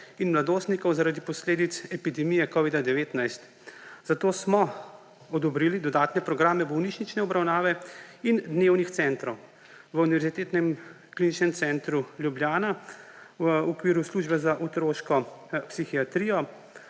in mladostnikov zaradi posledic epidemije covida-19, zato smo odobrili dodatne programe bolnišnične obravnave in dnevnih centrov. V Univerzitetnem kliničnem centru Ljubljana v okviru Službe za otroško psihiatrijo,